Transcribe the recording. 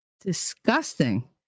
disgusting